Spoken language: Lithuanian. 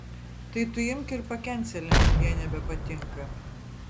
tai tu imk ir pakencelink jei nebepatinka